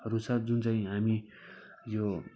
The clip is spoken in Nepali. हरू छ जुन चाहिँ हामी यो